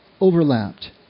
overlapped